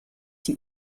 die